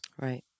Right